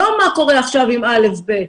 זה לא מה קורה עכשיו עם א' ו-ב'.